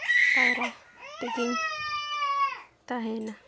ᱯᱟᱭᱨᱟᱜ ᱛᱮᱜᱮᱧ ᱛᱟᱦᱮᱭᱮᱱᱟ